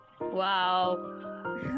Wow